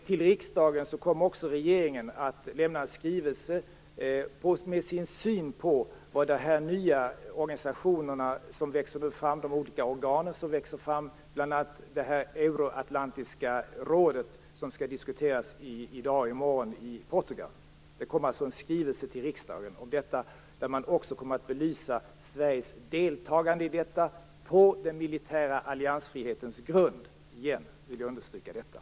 Regeringen kommer också till riksdagen att lämna en skrivelse med sin syn på de nya organ som nu växer fram, bl.a. det euroatlantiska rådet, som i dag och i morgon skall diskuteras i Portugal. I skrivelsen till riksdagen kommer också att belysas Sveriges deltagande i detta på - det vill jag återigen understryka - den militära alliansfrihetens grund.